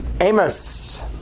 Amos